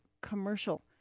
commercial